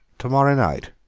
to-morrow night?